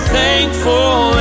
thankful